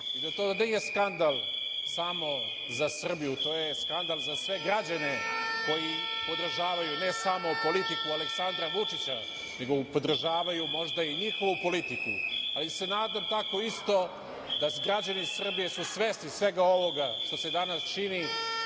i da to nije skandal samo za Srbiju, to je skandal za sve građane koji podržavaju ne samo politiku Aleksandra Vučića, nego podržavaju možda i njihovu politiku, ali se nadam tako isto da građani Srbije su svesni svega ovoga što se danas čini